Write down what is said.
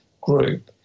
group